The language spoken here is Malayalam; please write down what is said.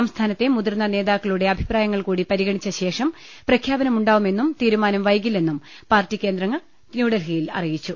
സംസ്ഥാനത്തെ മുതിർന്ന നേതാക്കളുടെ അഭിപ്രായങ്ങൾകൂടി പരിഗണി ച്ചശേഷം പ്രഖ്യാപനമുണ്ടാവുമെന്നും തീരുമാനം വൈകില്ലെന്നും പാർട്ടി വൃത്തങ്ങൾ ന്യൂഡൽഹിയിൽ അറിയിച്ചു